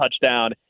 touchdown